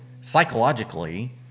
psychologically